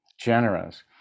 generous